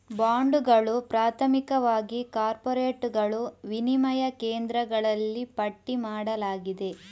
ಬಾಂಡುಗಳು, ಪ್ರಾಥಮಿಕವಾಗಿ ಕಾರ್ಪೊರೇಟುಗಳು, ವಿನಿಮಯ ಕೇಂದ್ರಗಳಲ್ಲಿ ಪಟ್ಟಿ ಮಾಡಲಾಗಿದೆ